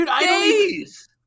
Days